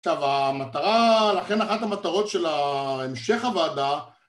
טוב המטרה, לכן אחת המטרות של המשך הוועדה